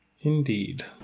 indeed